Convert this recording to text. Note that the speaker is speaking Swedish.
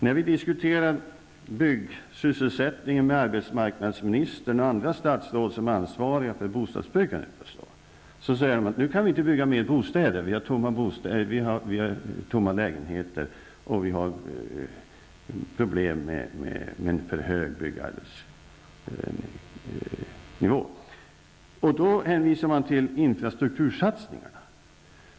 När vi diskuterar byggsysselsättningen med arbetsmarknadsministern och andra statsråd som är ansvariga för bostadsbyggandet säger de att vi nu inte kan bygga mer bostäder -- vi har lägenheter som står tomma. För att lösa problemen med en för hög nivå på byggarbetslösheten hänvisar man då till infrastruktursatsningarna.